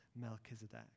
Melchizedek